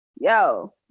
Yo